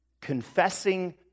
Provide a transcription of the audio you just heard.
Confessing